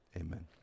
amen